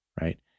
right